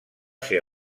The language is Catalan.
ser